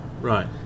Right